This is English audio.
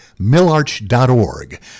millarch.org